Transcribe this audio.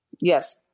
Yes